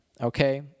okay